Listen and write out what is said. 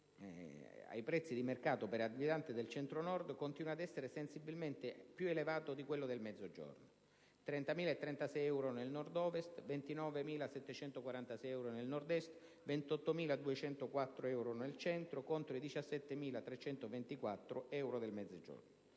ai prezzi di mercato per abitante del Centro-Nord continua ad essere sensibilmente più elevato di quello del Mezzogiorno: 30.036 euro nel Nord-Ovest, 29.746 euro nel Nord-Est e 28.204 euro nel Centro, contro i 17.324 euro del Mezzogiorno.